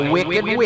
Wicked